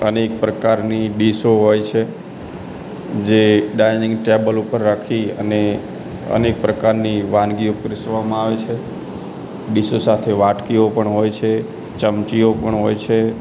અનેક પ્રકારની ડીસો હોય છે જે ડાઇનિંગ ટેબલ પર રાખી અને અનેક પ્રકારની વાનગીઓ પિરસવામાં આવે છે ડીસો સાથે વાટકીઓ પણ હોય છે ચમચીઓ પણ હો છે